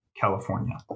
california